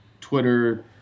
Twitter